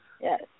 Yes